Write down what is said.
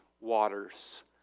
waters